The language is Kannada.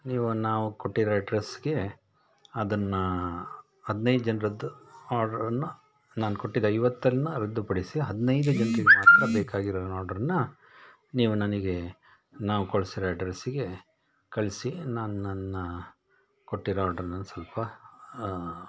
ನೀವು ನಾವು ಕೊಟ್ಟಿರೋ ಎಡ್ರಸ್ಗೆ ಅದನ್ನು ಹದಿನೈದು ಜನರದ್ದು ಆರ್ಡ್ರನ್ನು ನಾನು ಕೊಟ್ಟಿದ್ದ ಐವತ್ತನ್ನು ರದ್ದುಪಡಿಸಿ ಹದಿನೈದು ಜನ್ರಿಗೆ ಮಾತ್ರ ಬೇಕಾಗಿರೋ ಆರ್ಡ್ರನ್ನು ನೀವು ನನಗೆ ನಾವು ಕಳಿಸಿರೋ ಅಡ್ರೆಸ್ಸಿಗೆ ಕಳಿಸಿ ನಾನು ನನ್ನ ಕೊಟ್ಟಿರೋ ಆರ್ಡ್ರನ್ನು ಸ್ವಲ್ಪ